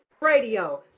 radio